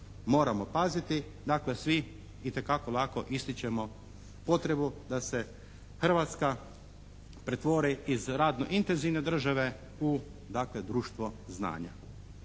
moramo paziti. Dakle, svi itekako lako ističemo potrebu da se Hrvatska pretvori iz radno intenzivne države u dakle društvo znanja.